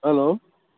hello